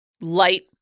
light